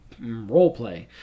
roleplay